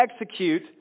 execute